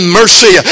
mercy